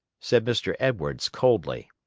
said mr. edwards, coldly.